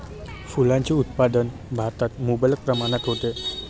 फुलांचे उत्पादन भारतात मुबलक प्रमाणात होते